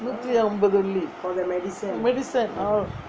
நூத்தி அம்பது வெள்ளி:noothi ambathu velli medicine all